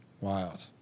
Wild